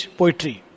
poetry